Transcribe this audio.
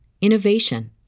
innovation